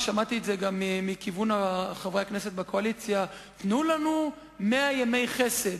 ושמעתי את זה גם מכיוון חברי הכנסת בקואליציה: תנו לנו מאה ימי חסד,